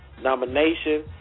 nomination